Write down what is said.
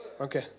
Okay